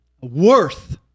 worth